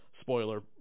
spoiler